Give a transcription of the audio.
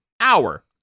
hour